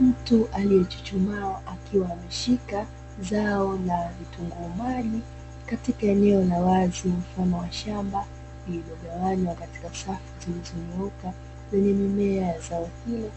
Mtu aliyechuchuma akiwa ameshika zao la vitunguu maji, katika eneo la wazi mfano wa shamba lililogawanywa katika safu zilizonyooka, lenye mimea ya zao hilo,